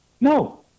No